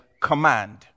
command